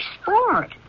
sport